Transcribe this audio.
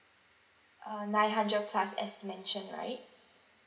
uh nine hundred plus as mentioned right